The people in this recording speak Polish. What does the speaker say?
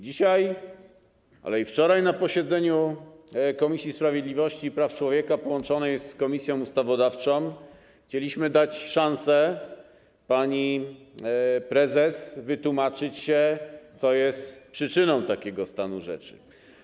Dzisiaj, ale i wczoraj na posiedzeniu Komisji Sprawiedliwości i Praw Człowieka połączonej z Komisją Ustawodawczą chcieliśmy dać pani prezes szansę wytłumaczyć się, co jest przyczyną takiego stanu rzeczy.